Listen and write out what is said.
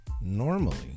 Normally